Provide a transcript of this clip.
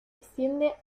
extiende